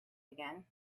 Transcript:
again